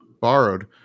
borrowed